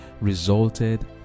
resulted